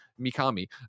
Mikami